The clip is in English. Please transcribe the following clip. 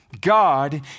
God